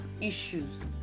issues